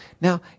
Now